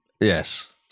Yes